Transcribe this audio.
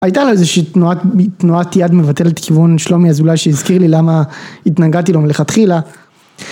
הייתה לו איזושהי תנועת יד מבטלת לכיוון שלומי אזולאי שהזכיר לי למה התנהגתי לו מלכתחילה